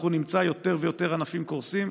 אנחנו נמצא יותר ויותר ענפים קורסים,